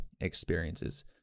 experiences